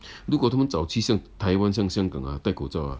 如果他们早期想台湾啊像香港啊戴口罩 ah